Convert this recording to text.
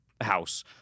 house